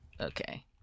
Okay